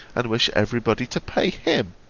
and wish every body to pay him